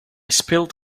spilled